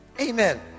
amen